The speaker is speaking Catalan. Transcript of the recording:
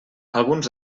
alguns